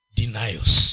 denials